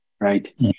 right